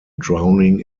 drowning